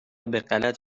بهغلط